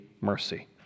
mercy